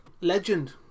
legend